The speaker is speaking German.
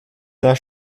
der